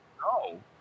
No